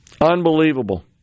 Unbelievable